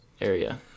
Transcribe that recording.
area